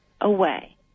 away